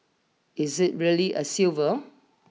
is it really a silver